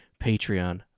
Patreon